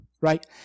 Right